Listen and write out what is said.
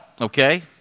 okay